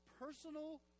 personal